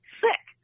sick